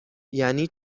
یعنی